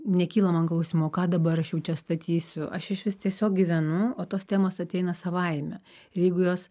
nekyla man klausimo o ką dabar aš jau čia statysiu aš išvis tiesiog gyvenu o tos temos ateina savaime ir jeigu jos